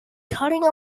cutting